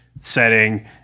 setting